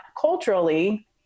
culturally